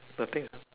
nothing